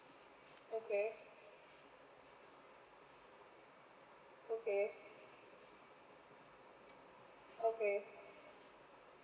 okay okay okay